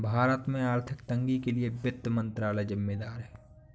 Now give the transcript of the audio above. भारत में आर्थिक तंगी के लिए वित्त मंत्रालय ज़िम्मेदार है